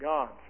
God